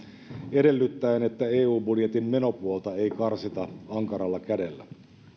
edellyttäen että eu budjetin menopuolta ei karsita ankaralla kädellä